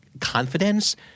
confidence